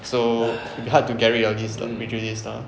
so very hard to get rid of these prejudice ah